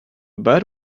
bad